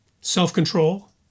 self-control